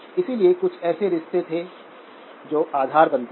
इसलिए कुछ ऐसे रिश्ते थे जो आधार बनाते हैं